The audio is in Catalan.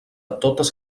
totes